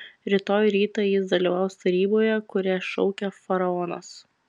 rytoj rytą jis dalyvaus taryboje kurią šaukia faraonas